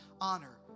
Honor